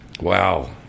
Wow